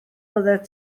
byddet